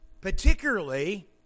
particularly